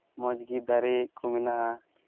ᱢᱚᱡᱽ ᱜᱮ ᱫᱟᱨᱮ ᱠᱚ ᱢᱮᱱᱟᱜᱼᱟ